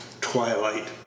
twilight